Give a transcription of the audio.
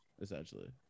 essentially